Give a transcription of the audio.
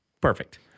Perfect